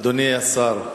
אדוני השר,